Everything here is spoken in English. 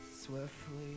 Swiftly